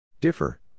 Differ